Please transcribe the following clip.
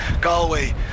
Galway